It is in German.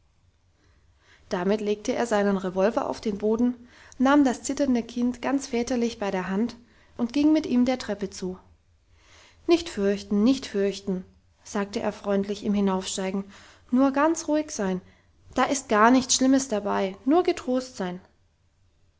damit legte er seinen revolver auf den boden nahm das zitternde kind ganz väterlich bei der hand und ging mit ihm der treppe zu nicht fürchten nicht fürchten sagte er freundlich im hinaufsteigen nur ganz ruhig sein da ist gar nichts schlimmes dabei nur getrost sein